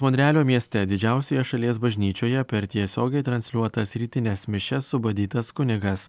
monrealio mieste didžiausioje šalies bažnyčioje per tiesiogiai transliuotas rytines mišias subadytas kunigas